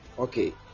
okay